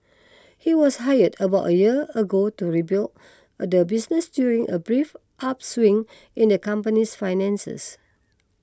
he was hired about a year ago to rebuild the business during a brief upswing in the company's finances